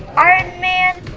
um iron man